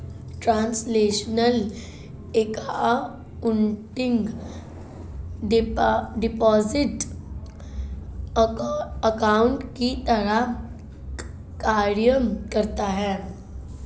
translational accounting deposit account की तरह कार्य करता है